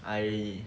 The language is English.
I